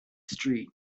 street